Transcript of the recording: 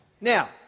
Now